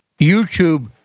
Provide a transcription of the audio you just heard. YouTube